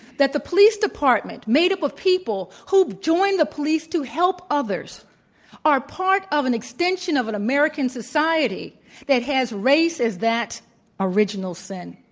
that the police department made up of people who've joined the police to help others are part of an extension of an american society that has race as that original sin.